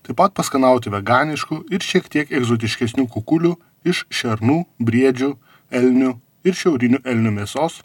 taip pat paskanauti veganiškų ir šiek tiek egzotiškesnių kukulių iš šernų briedžių elnių ir šiaurinių elnių mėsos